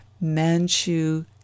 Manchu